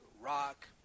rock